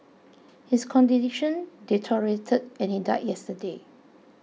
his condition deteriorated and he died yesterday